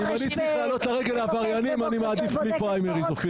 אם אני צריך לעלות לרגל לעבריינים אני מעדיף בלי פריימריז.